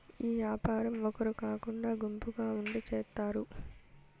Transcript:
ఈ యాపారం ఒగరు కాకుండా గుంపుగా ఉండి చేత్తారు